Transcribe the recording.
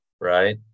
right